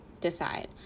decide